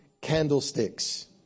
candlesticks